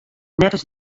neffens